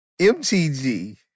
MTG